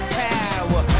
power